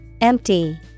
Empty